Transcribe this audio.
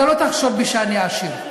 אתה לא תחשוד בי שאני עשיר.